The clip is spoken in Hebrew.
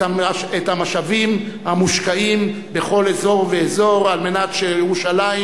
המשאבים המושקעים בכל אזור ואזור על מנת שירושלים,